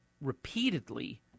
repeatedly